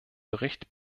bericht